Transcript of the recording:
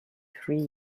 three